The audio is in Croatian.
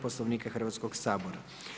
Poslovnika Hrvatskoga sabora.